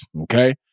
okay